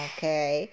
Okay